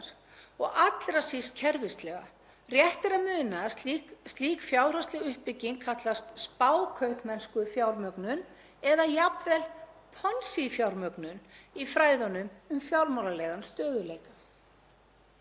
Ponzi-fjármögnun í fræðunum um fjármálalegan stöðugleika. Það er vel þekkt innan fræðanna um fjármálalegan stöðugleika að því meira áberandi sem spákaupmennsku- og Ponzi-fjármögnun er í hagkerfinu